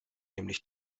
nämlich